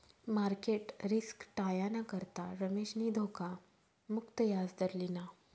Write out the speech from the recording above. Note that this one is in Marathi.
मार्केट रिस्क टायाना करता रमेशनी धोखा मुक्त याजदर लिना